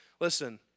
Listen